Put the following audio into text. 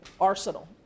arsenal